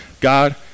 God